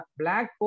black